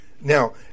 Now